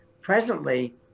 Presently